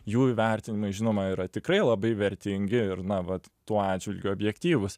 jų įvertinimai žinoma yra tikrai labai vertingi ir na vat tuo atžvilgiu objektyvūs